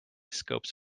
scopes